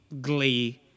glee